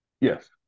Yes